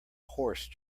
horse